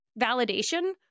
validation